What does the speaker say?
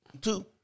two